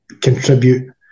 contribute